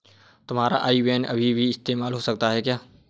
तुम्हारा आई बैन अभी भी इस्तेमाल हो सकता है क्या?